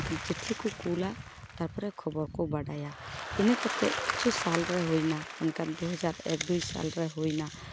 ᱢᱮᱱᱠᱷᱟᱱ ᱪᱤᱴᱷᱤ ᱠᱚ ᱠᱩᱞᱟ ᱛᱟᱨᱯᱚᱨᱮ ᱠᱷᱚᱵᱚᱨ ᱠᱚ ᱵᱟᱰᱟᱭᱟ ᱤᱱᱟᱹ ᱠᱟᱛᱮᱫ ᱠᱤᱪᱷᱩ ᱥᱟᱞ ᱨᱮ ᱦᱩᱭᱱᱟ ᱢᱮᱱᱠᱷᱟᱱ ᱫᱩᱦᱟᱡᱟᱨ ᱮᱠ ᱫᱩᱭ ᱥᱟᱞ ᱨᱮ ᱦᱩᱭᱱᱟ